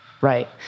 right